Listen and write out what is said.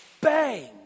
bang